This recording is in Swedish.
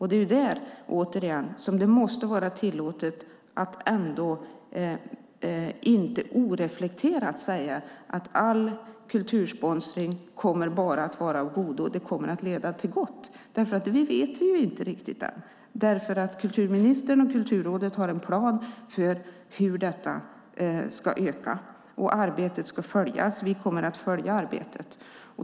Det är återigen där som det måste vara tillåtet att inte oreflekterat säga att all kultursponsring bara kommer att vara av godo och leda till gott, för det vet vi inte riktigt än. Kulturministern och Kulturrådet har en plan för hur detta ska öka, och vi kommer att följa arbetet.